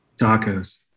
Tacos